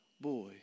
boy